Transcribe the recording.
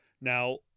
Now